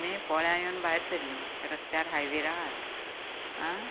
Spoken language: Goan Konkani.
आतां आमी पोळ्यां येवन भायर सरलीं रसत्यार हायवेर आसात आं